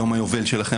יום היובל שלכם.